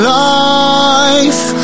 life